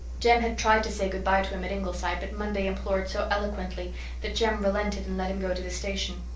jem had tried to say good-bye to him at ingleside but monday implored so eloquently that jem relented and let him go to the station.